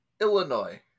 Illinois